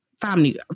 family